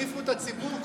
תחליפו את הציבור קודם,